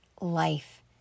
life